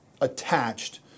attached